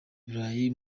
burayi